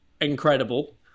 incredible